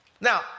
Now